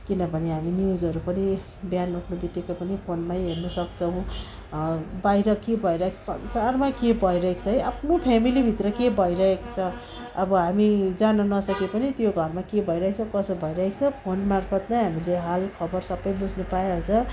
किनभने हामी न्युजहरू पनि बिहान उठ्नेबित्तिकै पनि फोनमै हेर्नसक्छौँ बाहिर के भइरहेको छ संसारमा के भइरहेको छ है आफ्नो फ्यामिलीभित्र के भइरहेको छ अब हामी जान नसके पनि त्यो घरमा के भइरहेछ कसो भइरहेछ फोन मार्फत् नै हामीले हालखबर सबै बुझ्नु पाइहालिन्छ